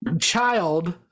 child